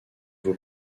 vous